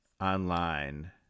online